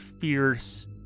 fierce